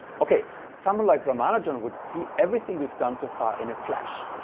okay someone like ramanujan would see everything we've done so far in a flash.